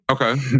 Okay